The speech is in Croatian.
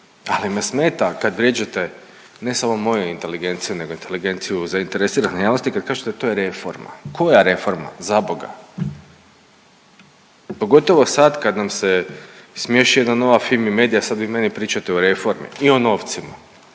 ali me smeta kad vrijeđate ne smo moju inteligenciju nego inteligenciju zainteresirane javnosti, kad kažete to je reforma. Koja reforma zaboga? Pogotovo sad kad nam se smiješi jedna nova Fimi Medija sad vi meni pričate o reformi i o novcima,